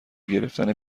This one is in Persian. گرفتن